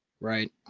Right